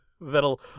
That'll